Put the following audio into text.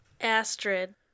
Astrid